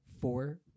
four